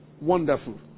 Wonderful